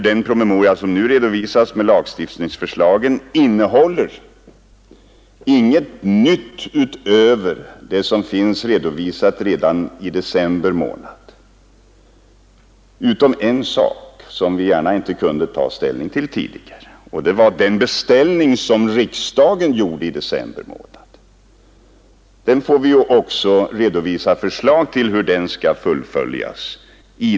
Den promemoria med lagstiftningsförslag som nu redovisas innehåller inget nytt utöver det som finns redovisat redan i december månad utom en sak, som vi inte gärna kunde ta ställning till tidigare, nämligen den beställning som riksdagen gjorde i december månad. I denna lagstiftningspromemoria får vi redovisa förslag till hur den skall fullföljas.